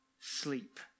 sleep